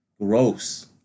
Gross